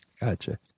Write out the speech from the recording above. Gotcha